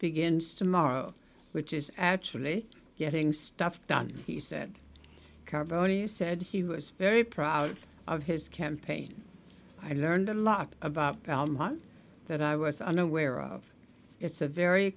begins tomorrow which is actually getting stuff done he said carbone he said he was very proud of his campaign i learned a lot about belmont that i was unaware of it's a very